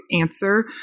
answer